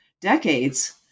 decades